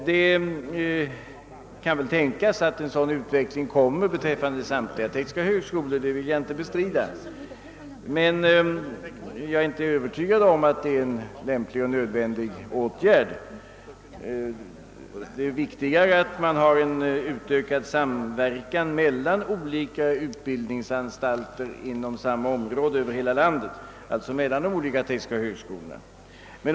Det kan tänkas att en sådan utveckling kommer beträffande samtliga våra tekniska högskolor; det vill jag inte bestrida, även om jag inte är övertygad om att detta är en lämplig och nödvändig åtgärd. Det är viktigare att få en utökad samverkan mellan olika utbildningsanstalter inom samma område över hela landet, alltså i detta fall mellan de olika tekniska högskolorna.